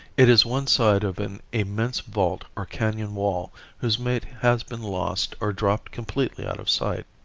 it is one side of an immense vault or canon wall whose mate has been lost or dropped completely out of sight.